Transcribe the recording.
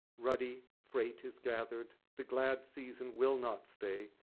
ruddy freight is gathered. the glad season will not stay.